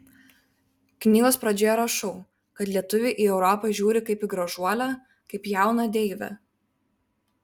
knygos pradžioje rašau kad lietuviai į europą žiūri kaip į gražuolę kaip jauną deivę